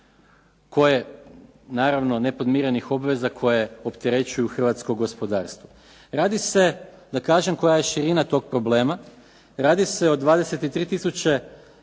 koje naravno nepodmirenih obveza koje opterećuju hrvatsko gospodarstvo. Radi se, da kažem koja je širina tog problema. Radi se o 23000